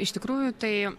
iš tikrųjų tai